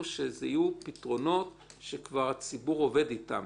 שצריכים להיות פתרונות שהציבור עובד איתם.